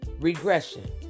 Regression